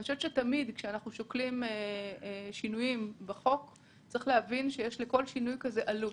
אני חושבת שכששוקלים שינויים בחוק אז יש לכל שינוי עלות.